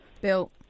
Bill